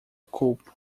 culpo